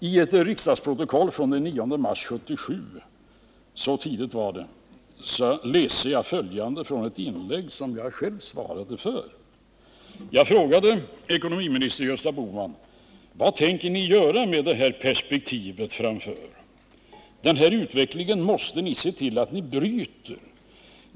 I ett riksdagsprotokoll från den 9 mars 1977, så tidigt var det, läser jag följande från ett inlägg som jag själv svarade för. Jag frågade, med hänvisning till det ekonomiska perspektivet, ekonominiminister Bohman: ”Vad tänker ni göra? Den här utvecklingen ——-— måste brytas.